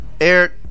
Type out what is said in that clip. Eric